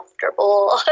comfortable